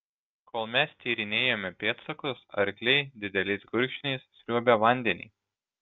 kol mes tyrinėjome pėdsakus arkliai dideliais gurkšniais sriuobė vandenį